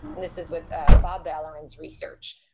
and this is with ah bob vallerand's research,